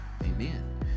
amen